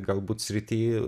galbūt srity